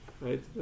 Right